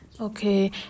Okay